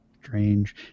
Strange